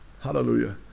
hallelujah